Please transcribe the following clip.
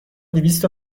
دویست